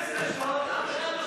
רויטל סויד, יואל חסון, זוהיר בהלול,